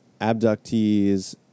abductees